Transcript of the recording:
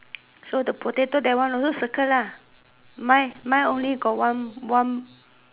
so the potato that one also circle lah mine mine only got one one